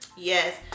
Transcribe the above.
Yes